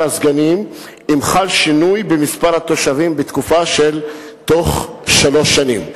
הסגנים אם חל שינוי במספר התושבים בתוך שלוש שנים.